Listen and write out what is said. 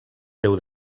teu